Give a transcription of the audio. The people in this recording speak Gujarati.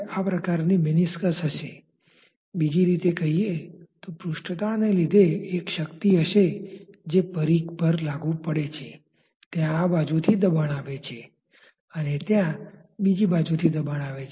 આ એક ભૌતિક દ્રષ્ટિએ જાણવાલાયક ગુણધર્મ પરિમાણ parameter છે